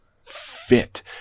fit